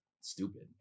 stupid